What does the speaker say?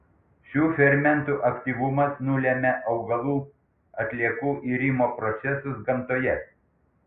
šių fermentų aktyvumas nulemia augalų atliekų irimo procesus gamtoje